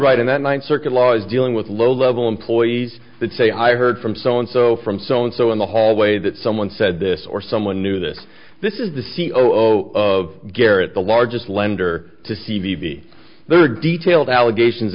right and that ninth circuit laws dealing with low level employees that say i heard from so and so from so and so in the hallway that someone said this or someone knew that this is the c e o of garrett the largest lender to see the their detailed allegations